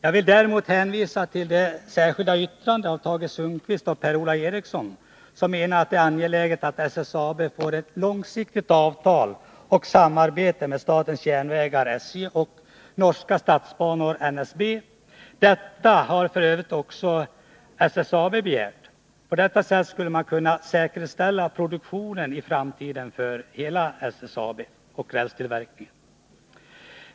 Jag vill däremot hänvisa till det särskilda yttrandet av Tage Sundkvist och Per-Ola Eriksson, där man menar att det är angeläget att SSAB får ett långsiktigt avtal och samarbete med statens järnvägar och Norske Statsbaner . Detta har f. ö. även SSAB begärt. På detta sätt skulle man kunna säkra rälsproduktionen i framtiden för SSAB.